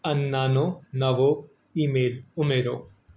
અન્નાનો નવો ઈમેલ ઉમેરો